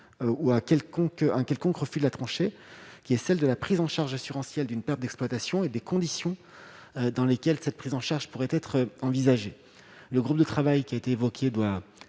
un quelconque refus de la tranchée qui est celle de la prise en charge assurantiel d'une perte d'exploitation et des conditions dans lesquelles cette prise en charge pourrait être envisagée, le groupe de travail qui a été évoqué doit